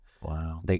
Wow